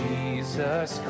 Jesus